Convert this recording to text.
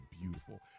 beautiful